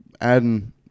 adding